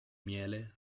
miele